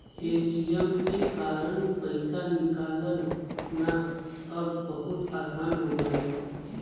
ATM के कारन पइसा निकालना अब बहुत आसान हो गयल हौ